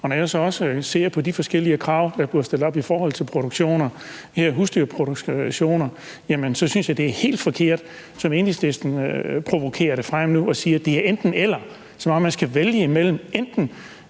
Når jeg så også ser på de forskellige krav, der bliver stillet til produktion, her husdyrproduktion, synes jeg, det er helt forkert, som Enhedslisten provokerer det frem nu og siger, at det er enten-eller, som om man skal vælge imellem enten